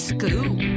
Scoop